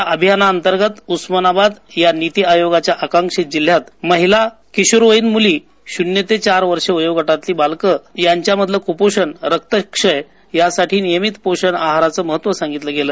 याअभियानाअंतर्गतउस्मानाबादयानितीयोगाच्याआकांक्षितजिल्ह्यातमहिला किशोरवयीनमली शून्यतेचारवर्षेवोगटातीलबालकयांच्यामधलंकुपोषण रक्तक्षययासाठीनियमीतपोषणआहाराचंमहत्वसांगितलंगेलं